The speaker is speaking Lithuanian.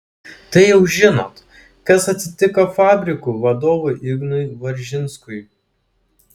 tai jau žinot kas atsitiko fabrikų vadovui ignui varžinskui